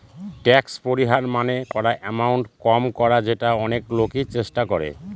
tax পরিহার মানে করা এমাউন্ট কম করা যেটা অনেক লোকই চেষ্টা করে